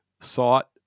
thought